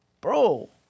bro